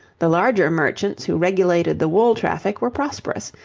the larger merchants who regulated the wool traffic were prosperous,